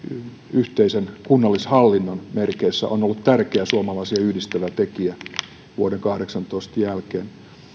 yhteisen kunnallishallinnon merkeissä on ollut tärkeä suomalaisia yhdistävä tekijä vuoden kahdeksantoista jälkeen